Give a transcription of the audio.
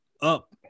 up